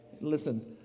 listen